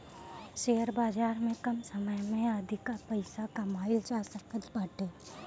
share बाजार में कम समय में अधिका पईसा कमाईल जा सकत बाटे